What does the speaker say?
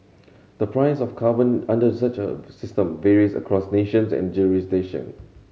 the price of carbon under such a system varies across nations and jurisdiction